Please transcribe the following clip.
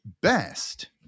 best